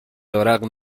رغم